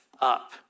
up